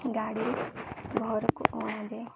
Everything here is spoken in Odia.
ଗାଡ଼ି ଘରକୁ ଅଣାଯାଏ